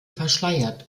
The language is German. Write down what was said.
verschleiert